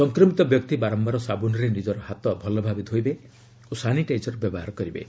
ସଂକ୍ରମିତ ବ୍ୟକ୍ତି ବାରମ୍ଭାର ସାବୁନରେ ନିକ ହାତ ଭଲଭାବେ ଧୋଇବେ ଓ ସାନିଟାଇଜର ବ୍ୟବହାର କରିବେ